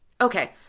Okay